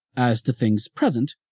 as to things present,